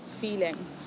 feeling